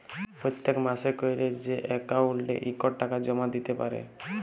পত্তেক মাসে ক্যরে যে অক্কাউল্টে ইকট টাকা জমা দ্যিতে পারে